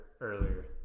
earlier